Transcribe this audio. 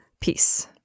peace